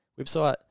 website